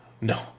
No